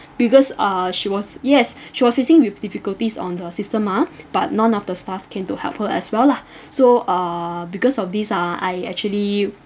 because uh she was yes she was facing with difficulties on the system ah but none of the staff came to help her as well lah so uh because of these ah I actually